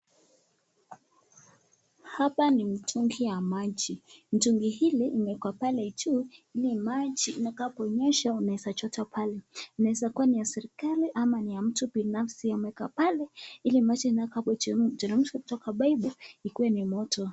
Hapa ni mtungi ya maji. Mtungi hili limeekwa hapo juu ili maji inaponyesha unaezachota pale. Inaeza kuwa ni ya serikali ama niya mtu binafsi ameeka pale ili maji itakapo teremshwa kutoka paipu itakuwa moto.